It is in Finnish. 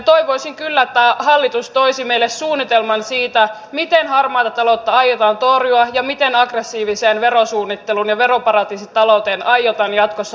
toivoisin kyllä että hallitus toisi meille suunnitelman siitä miten harmaata taloutta aiotaan torjua ja miten aggressiiviseen verosuunnitteluun ja veroparatiisitalouteen aiotaan jatkossa puuttua